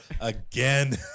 again